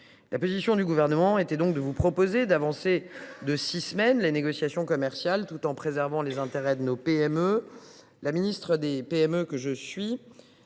La position du Gouvernement était donc de vous proposer d’avancer de six semaines les négociations commerciales, tout en préservant les intérêts de nos PME. La ministre des PME que je suis